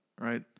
right